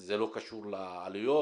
זה לא קשור לעלויות,